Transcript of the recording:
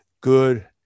good